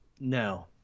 No